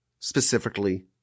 specifically